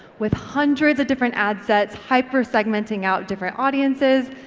with hundreds of different ad sets hyper-segmenting out different audiences,